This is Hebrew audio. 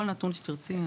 כל נתון שתרצי.